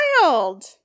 wild